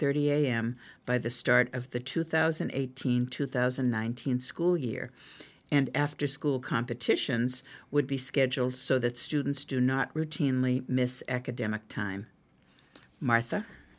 thirty am by the start of the two thousand and eighteen two thousand and nine hundred school year and after school competitions would be scheduled so that students do not routinely miss academic time martha